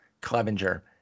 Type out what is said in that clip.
Clevenger